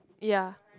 ya